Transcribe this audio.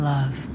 Love